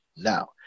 Now